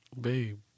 babe